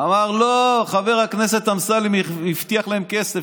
אמר: לא, חבר הכנסת אמסלם הבטיח להם כסף.